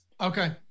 Okay